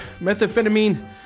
Methamphetamine